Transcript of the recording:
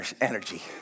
energy